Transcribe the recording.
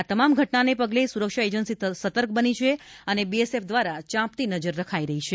આ તમામ ઘટનાને પગલે સુરક્ષા એજન્સી સતર્ક બની છે અને બીએસએફ દ્વારા ચાંપતી નજર રખાઈ રહી છે